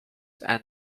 and